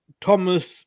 Thomas